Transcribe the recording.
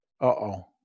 Uh-oh